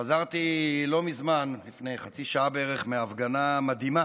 חזרתי לא מזמן, לפני חצי שעה בערך, מהפגנה מדהימה